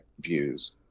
views